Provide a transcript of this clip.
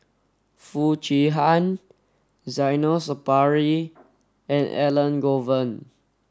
Foo Chee Han Zainal Sapari and Elangovan